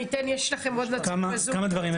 כמה דברים.